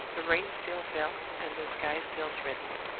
the rain still fell, and the sky still threatened.